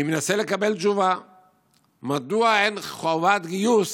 אני מנסה לקבל תשובה מדוע אין חובת גיוס